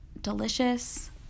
delicious